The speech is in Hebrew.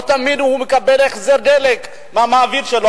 לא תמיד הוא מקבל החזר דלק מהמעביד שלו,